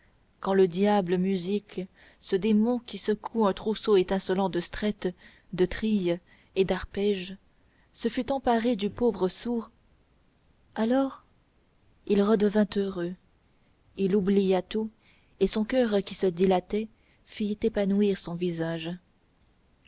quand le diable musique ce démon qui secoue un trousseau étincelant de strettes de trilles et d'arpèges se fut emparé du pauvre sourd alors il redevint heureux il oublia tout et son coeur qui se dilatait fit épanouir son visage